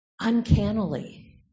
Uncannily